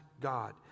God